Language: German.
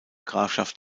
grafschaft